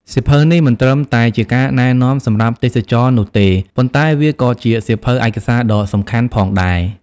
សៀវភៅនេះមិនត្រឹមតែជាការណែនាំសម្រាប់ទេសចរណ៍នោះទេ ប៉ុន្តែវាក៏ជាសៀវភៅឯកសារដ៏សំខាន់ផងដែរ។